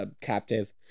captive